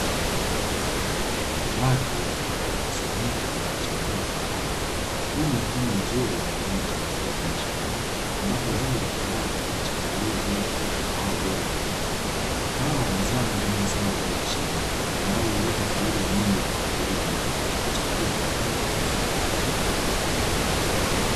Watu wamekusanyika kuchambua kahawa huu ni mfano mzuri wa kilimo cha mazao ya biashara ambapo zao la kahawa limachambuliwa ili kupata kahawa bora zaidi, kahawa ni zao muhimu sana la biashara ambalo huleta faida nyingi kwa wakulima na kuchangia pato la taifa.